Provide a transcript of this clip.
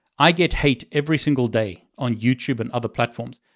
i get hate every single day on youtube and other platforms.